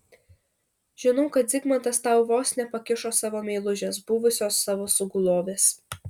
žinau kad zigmantas tau vos nepakišo savo meilužės buvusios savo sugulovės